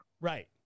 Right